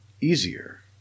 easier